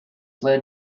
led